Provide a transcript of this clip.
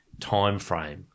timeframe